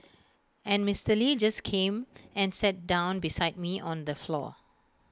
and Mister lee just came and sat down beside me on the floor